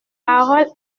parole